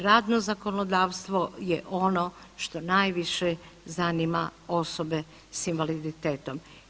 Radno zakonodavstvo je ono što najviše zanima osobe s invaliditetom.